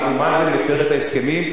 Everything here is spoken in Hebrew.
אבו מאזן מפר את ההסכמים.